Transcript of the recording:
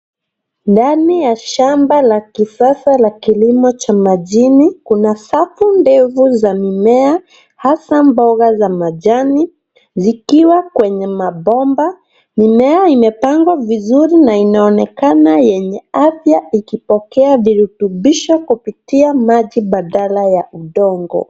Ndani ya shamba la kisasa la kilimo cha majini kuna safu ndefu za mimea hasa mboga za majani zikiwa kwenye mabomba. Mimea imepangwa vizuri na inaonekana yenye afya ikipokea virutubisho kupitia maji badala ya udongo.